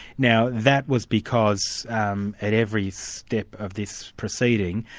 now that was because um at every step of this proceeding,